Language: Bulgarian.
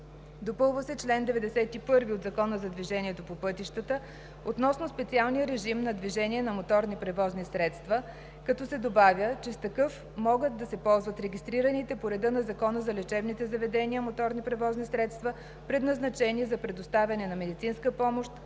Допълва се чл. 91 от Закона за движението по пътищата относно специалния режим на движение на моторни превозни средства, като се добавя, че с такъв могат да се ползват регистрираните по реда на Закона за лечебните заведения моторни превозни средства, предназначени за предоставяне на медицинска помощ